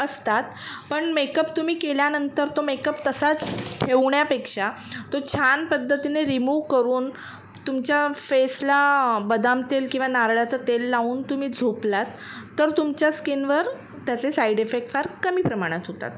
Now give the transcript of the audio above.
अस असतात पण मेकअप तुम्ही केल्यानंतर तो मेकअप तसाच ठेवण्यापेक्षा तो छान पद्धतीने रिमूव करून तुमच्या फेसला बदाम तेल किंवा नारळ्याचं तेल लावून तुम्ही झोपलात तर तुमच्या स्किनवर त्याचे साईड इफेक्ट फार कमी प्रमाणात होतात